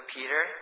Peter